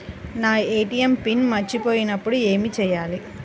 నా ATM PIN మర్చిపోయినప్పుడు ఏమి చేయాలి?